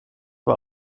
war